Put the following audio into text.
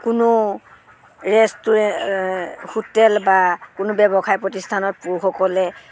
কোনো restaurant hotel বা কোনো ব্যৱসায় প্ৰতিষ্ঠানত পুৰুষসকলে